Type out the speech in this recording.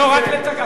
לא, רק לתקן.